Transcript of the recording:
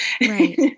right